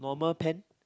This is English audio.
normal pan